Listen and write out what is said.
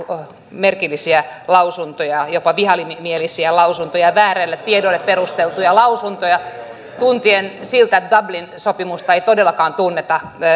merkillisiä lausuntoja jopa vihamielisiä lausuntoja väärällä tiedolla perusteltuja lausuntoja tuntuu siltä että dublin sopimusta ei todellakaan tunneta